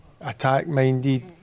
attack-minded